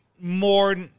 more